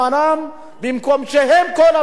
במקום שהם כל הזמן יעסקו,